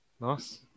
Nice